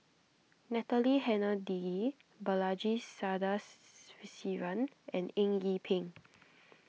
Natalie Hennedige Balaji Sadasivan and Eng Yee Peng